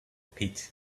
pit